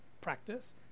practice